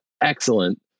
excellent